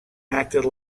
acted